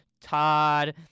Todd